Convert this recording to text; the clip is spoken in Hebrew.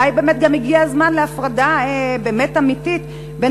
אולי באמת הגיע הזמן להפרדה אמיתית בין